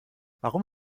warum